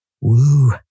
Woo